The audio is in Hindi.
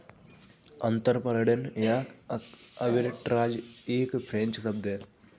अंतरपणन या आर्बिट्राज एक फ्रेंच शब्द है